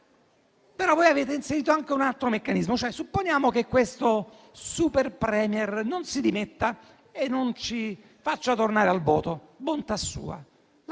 però avete inserito anche un altro meccanismo. Supponiamo che questo *super premier* non si dimetta e non ci faccia tornare al voto, bontà sua.